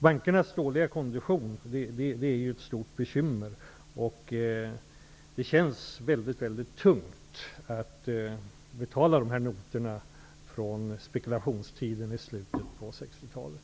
Bankernas dåliga kondition är ett stort bekymmer. Det känns väldigt tungt att betala notorna från spekulationstiderna i slutet på 80-talet.